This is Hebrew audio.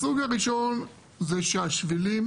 הסוג הראשון זה שהשבילים